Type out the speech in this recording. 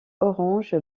orange